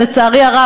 שלצערי הרב,